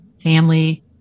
family